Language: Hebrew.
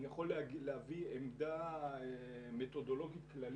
אני יכול להביא עמדה מתודולוגית כללית,